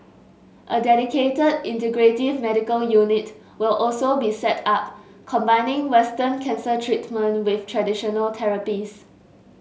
a dedicated integrative medical unit will also be set up combining Western cancer treatment with traditional therapies